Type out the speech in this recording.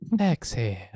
Exhale